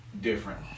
different